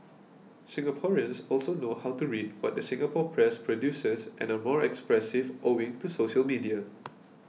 Singaporeans also know how to read what the Singapore press produces and are more expressive owing to social media